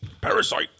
Parasite